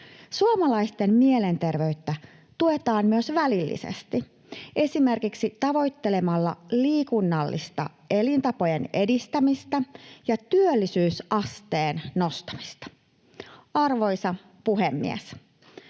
Suomalaisten mielenterveyttä tuetaan myös välillisesti, esimerkiksi tavoittelemalla liikunnallisten elintapojen edistämistä ja työllisyysasteen nostamista. Arvoisa puhemies!